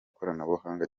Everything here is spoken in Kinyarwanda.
ikoranabuhanga